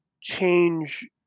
change